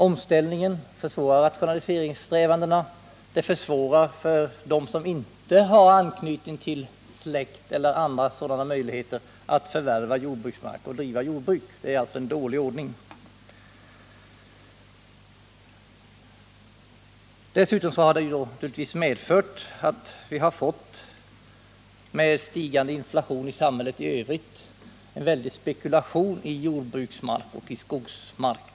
Omställningen försvårar rationaliseringssträvandena och försämrar möjligheterna för dem som inte redan har anknytning till jordbruket att förvärva jordbruksmark. Det är alltså en dålig ordning. Dessutom har den medfört att vi med stigande inflation i samhället i Övrigt också har fått en väldig spekulation i jordbruksoch skogsmark.